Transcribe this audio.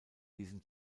diesem